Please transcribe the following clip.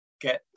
get